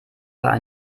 war